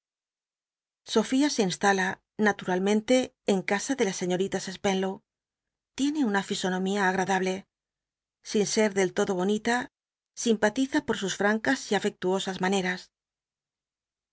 sofía se instala naturalmente en casa de las señol'itas spenlow tiene nna fisonomía agradable sin ser del todo bonita simpatiza por sus francas y afectuosas maneras